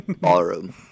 Ballroom